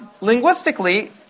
linguistically